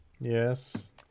Yes